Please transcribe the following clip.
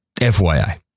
FYI